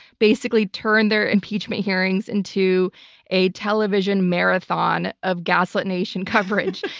basically turn their impeachment hearings into a television marathon of gaslit nation coverage,